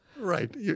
Right